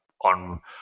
on